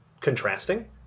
contrasting